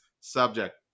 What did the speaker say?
subject